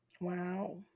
Wow